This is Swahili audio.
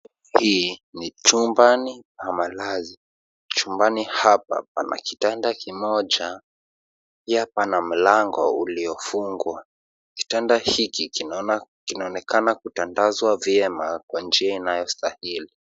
Hii ni chumbani pa malazi . Chumbani hapa pana kitanda kimoja, pia pana mlango mlango uliofungwa. Kitanda hiki kinaonekana kutandazwa vyema kwa njia inayostahili.